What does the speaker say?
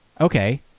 Okay